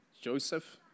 Joseph